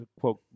quote